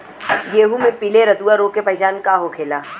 गेहूँ में पिले रतुआ रोग के पहचान का होखेला?